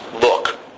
look